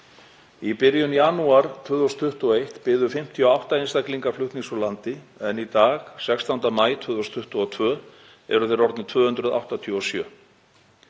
Í byrjun janúar 2021 biðu 58 einstaklingar flutnings úr landi en í dag, 16. maí 2022, eru þeir orðnir 287.